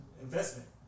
investment